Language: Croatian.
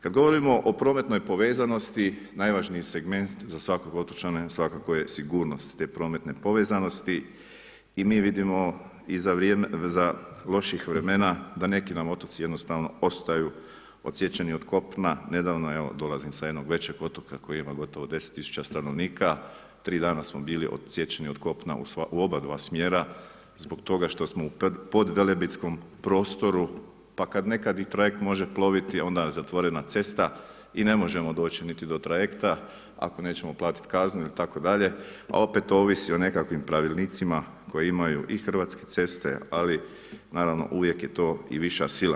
Kad govorimo o prometnoj povezanosti, najvažnije segment za svakog otočana svakako je sigurnost te prometne povezanosti i mi vidimo za lošijih vremena da neki nam otoci jednostavno ostaju odsječeni od kopna, nedavno evo, dolazim sa jednog većeg otoka koji ima gotovo 10 000 stanovnika, 3 dana smo bili odsječeni od kopna u oba dva smjera zbog toga što smo u podvelebitskom prostoru pa kad nekad i trajekt može ploviti, onda je zatvorena cesta i ne možemo doći niti do trajekta ako nećemo platiti kaznu itd., a opet ovisi o nekakvim pravilnicima koji imaju i Hrvatske ceste ali naravno uvijek je to i viša sila.